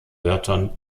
wörtern